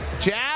Jazz